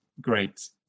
Great